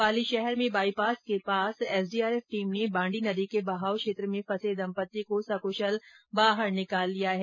पाली शहर में बाईपास के नजदीक एसडीआरएफ टीम ने बाण्डी नदी के बहाव क्षेत्र में फसे दंपति को सकशल बाहर निकाल लिया है